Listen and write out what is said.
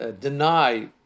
deny